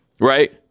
right